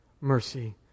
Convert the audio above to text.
mercy